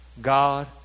God